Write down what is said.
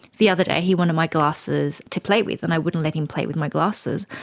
the other day he wanted my glasses to play with and i wouldn't let him play with my glasses.